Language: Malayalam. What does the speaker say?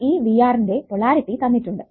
ഈ VR ന്റെ പൊളാരിറ്റി തന്നിട്ടുണ്ട്